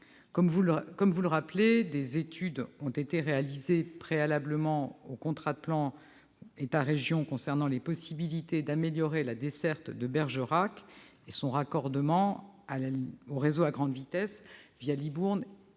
Comme vous l'avez rappelé, des études ont été réalisées, préalablement au contrat de plan État-région, sur la possibilité d'améliorer la desserte de Bergerac et son raccordement au réseau à grande vitesse Libourne